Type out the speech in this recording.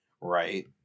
right